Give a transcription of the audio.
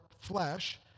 flesh